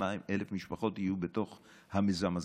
32,000 משפחות יהיו בתוך המיזם הזה,